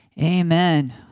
amen